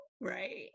right